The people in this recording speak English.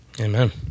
Amen